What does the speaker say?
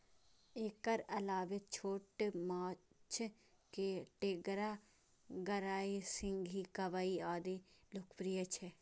एकर अलावे छोट माछ मे टेंगरा, गड़ई, सिंही, कबई आदि लोकप्रिय छै